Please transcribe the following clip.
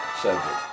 subject